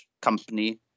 company